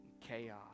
chaos